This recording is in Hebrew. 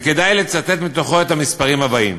וכדאי לצטט מהם את המספרים האלה: